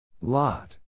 Lot